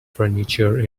furniture